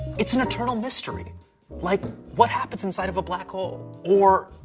it's an eternal mystery like, what happens inside of a black hole? or,